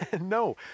No